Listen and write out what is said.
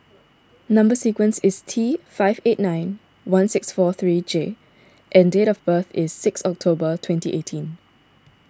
Number Sequence is T five eight nine one six four three J and date of birth is six October twenty eighteen